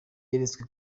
yeretswe